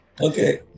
Okay